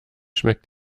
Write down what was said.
schmeckt